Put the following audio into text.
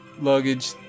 luggage